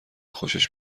خوشش